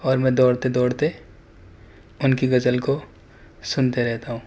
اور میں دوڑتے دوڑتے ان کی غزل کو سنتے رہتا ہوں